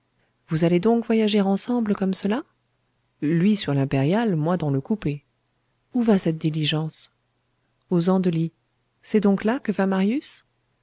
vous allez donc voyager ensemble comme cela lui sur l'impériale moi dans le coupé où va cette diligence aux andelys c'est donc là que va marius